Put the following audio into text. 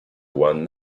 won